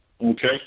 Okay